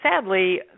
sadly